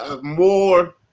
more –